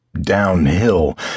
Downhill